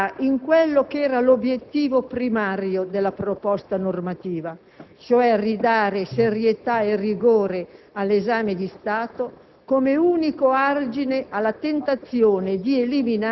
e credo che proprio il suo elaborato riuscirà in quello che era l'obiettivo primario della proposta normativa, cioè ridare serietà e rigore all'esame di Stato